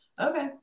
okay